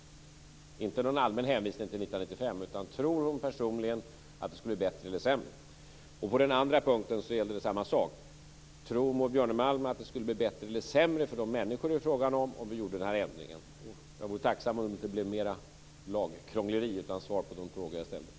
Det handlade inte om någon allmän hänvisning till 1995. Tror hon personligen att det skulle bli bättre eller sämre? På den andra punkten gällde det samma sak. Tror Maud Björnemalm att det skulle bli bättre eller sämre för de människor det är frågan om om vi gjorde den här ändringen. Jag vore tacksam om det inte blev mer lagkrångleri utan svar på de frågor jag ställde.